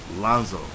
Lonzo